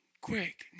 Quick